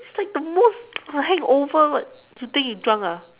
it's like the most the hangover what your think you drunk ah